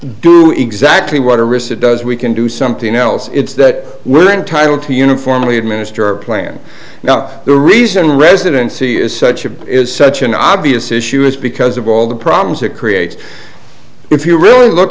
do exactly what a receipt does we can do something else it's that we're entitled to uniformly administer our plan now the reason residency is such a is such an obvious issue is because of all the problems it creates if you really look